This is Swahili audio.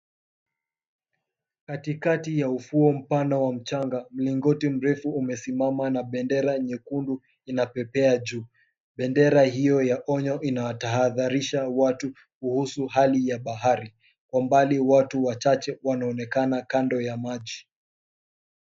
Katika ya ufuo mfano wa mchanga mlingoti mrefu umesimam na bendera nyekundu inapepea juu. Bendera hiyo ya onyo inawatahadharisha watu kuhusu hali ya bahari kwa umbali watu wachache wanaonekana kando ya maji.